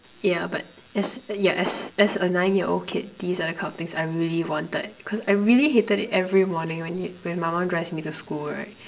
yeah but as yeah as as a nine year old kid this are the kind of things I really wanted cause I really hated it every morning when when my mum drives me to school right